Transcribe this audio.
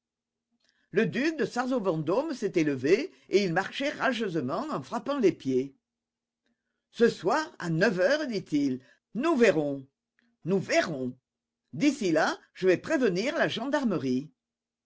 le duc de sarzeau vendôme s'était levé et il marchait rageusement en frappant des pieds ce soir à neuf heures dit-il nous verrons nous verrons d'ici là je vais prévenir la gendarmerie